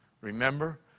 Remember